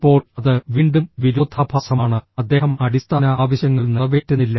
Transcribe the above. ഇപ്പോൾ അത് വീണ്ടും വിരോധാഭാസമാണ് അദ്ദേഹം അടിസ്ഥാന ആവശ്യങ്ങൾ നിറവേറ്റുന്നില്ല